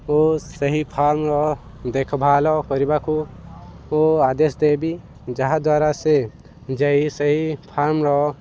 ଓ ସେହି ଫାର୍ମର ଦେଖ ଭାଲ କରିବାକୁ ଓ ଆଦେଶ ଦେବି ଯାହାଦ୍ୱାରା ସେ ଯାଇ ସେହି ଫାର୍ମର